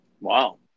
Wow